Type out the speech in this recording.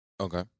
Okay